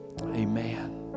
amen